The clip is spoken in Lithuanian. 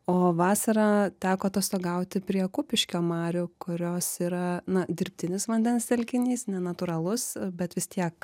o vasarą teko atostogauti prie kupiškio marių kurios yra na dirbtinis vandens telkinys nenatūralus bet vis tiek